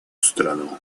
страну